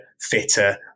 fitter